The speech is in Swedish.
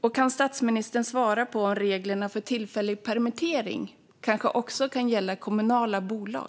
Och kan statsministern svara på om reglerna för tillfällig permittering kanske också kan gälla kommunala bolag?